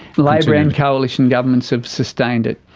labor and coalition governments have sustained it.